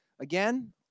Again